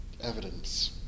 evidence